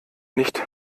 nicht